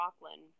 Rockland